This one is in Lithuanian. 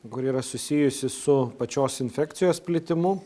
kuri yra susijusi su pačios infekcijos plitimu